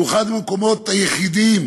שהוא אחד מהמקומות היחידים